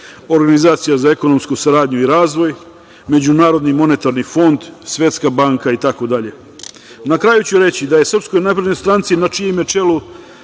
Organizacija za ekonomsku saradnju i razvoj, Međunarodni monetarni fond, Svetska banka, itd. Na kraju ću reći da je SNS, na čijem je čelu